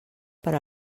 per